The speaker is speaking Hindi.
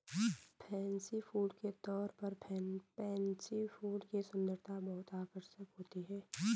फैंसी फूल के तौर पर पेनसी फूल की सुंदरता बहुत आकर्षक होती है